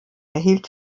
erhielt